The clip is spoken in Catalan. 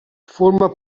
forma